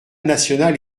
national